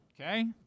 Okay